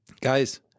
guys